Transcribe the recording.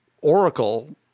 Oracle